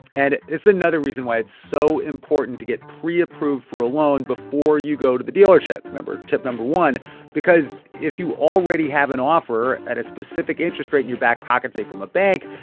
it's another reason why it's so important to get preapproved for a loan before you go to the dealership remember tip number one because if you already have an offer at a specific interest rate in your back pocket, say, from a bank,